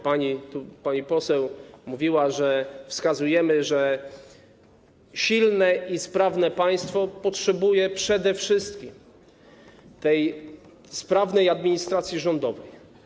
Pani poseł mówiła, że wskazujemy, że silne i sprawne państwo potrzebuje przede wszystkim sprawnej administracji rządowej.